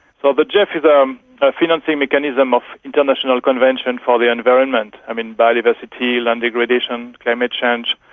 so the gef is um a financing mechanism of international convention for the environment. i mean, biodiversity, land degradation, climate change.